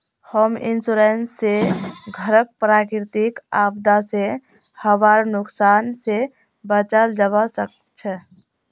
home insurance स घरक प्राकृतिक आपदा स हबार नुकसान स बचाल जबा सक छह